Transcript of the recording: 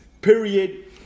period